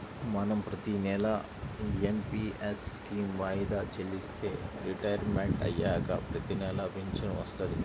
మనం ప్రతినెలా NPS scheme వాయిదా చెల్లిస్తే రిటైర్మంట్ అయ్యాక ప్రతినెలా పింఛను వత్తది